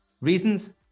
Reasons